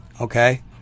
okay